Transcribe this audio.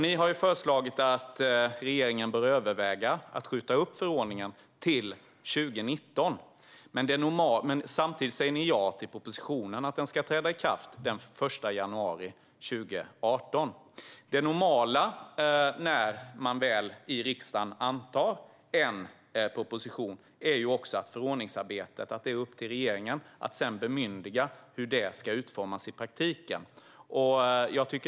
Ni har föreslagit att regeringen bör överväga att skjuta upp förordningen till 2019. Men ni säger samtidigt ja till att det som föreslås i propositionen ska träda i kraft den 1 januari 2018. När riksdagen antar en proposition är det normalt upp till regeringen att bemyndiga hur förordningsarbetet ska utformas i praktiken.